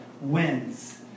wins